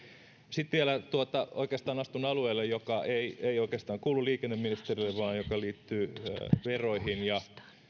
sitten vielä asia jossa oikeastaan astun alueelle joka ei ei kuulu liikenneministerille vaan joka liittyy veroihin ja